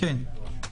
אדוני היושב-ראש?